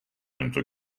into